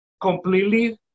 completely